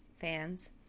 fans